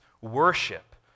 worship